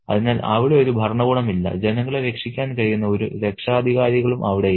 അതിനാൽ അവിടെ ഒരു ഭരണകൂടം ഇല്ല ജനങ്ങളെ രക്ഷിക്കാൻ കഴിയുന്ന ഒരു രക്ഷാധികാരികളും അവിടെ ഇല്ല